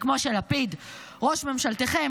וכמו שלפיד ראש ממשלתכם,